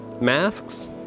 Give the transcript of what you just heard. masks